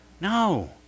No